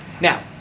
now